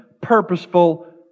purposeful